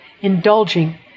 indulging